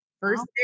First